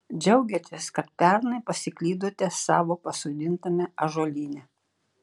džiaugiatės kad pernai pasiklydote savo pasodintame ąžuolyne